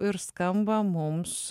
ir skamba mums